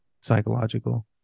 psychological